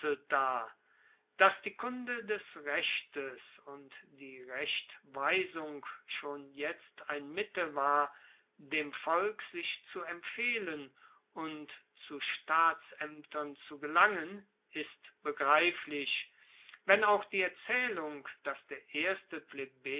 da dass die kunde des rechtes und die rechtweisung schon jetzt ein mittel war dem volk sich zu empfehlen und zu staatsaemtern zu gelangen ist begreiflich wenn auch die erzaehlung dass der erste